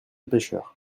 pêcheur